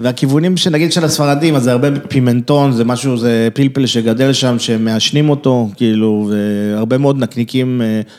‫והכיוונים שנגיד של הספרדים, ‫אז זה הרבה פימנטון, ‫זה משהו, זה פלפל שגדל שם, ‫שמעשנים אותו, ‫כאילו, והרבה מאוד נקניקים.